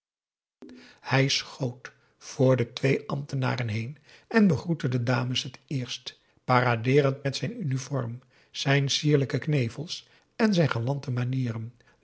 hij schoot voor de twee ambtenaren heen en begroette de dames het eerst paradeerend met zijn uniform zijn sierlijke knevels en zijn galante manieren